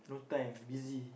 no time busy